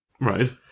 Right